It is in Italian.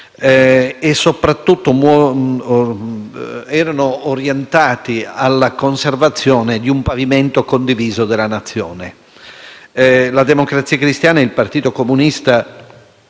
e soprattutto erano orientati alla conservazione di un pavimento condiviso della Nazione. La Democrazia Cristiana e il Partito Comunista